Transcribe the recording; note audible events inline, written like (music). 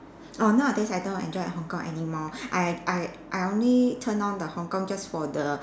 oh nowadays I don't enjoy Hong-Kong anymore (breath) I I I only turn on the Hong-Kong just for the